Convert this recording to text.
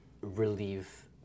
relieve